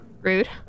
Rude